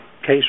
case